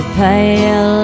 pale